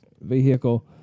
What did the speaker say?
vehicle